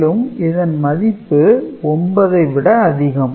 மேலும் இதன் மதிப்பு 9 ஐ விட அதிகம்